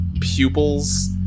pupils